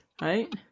right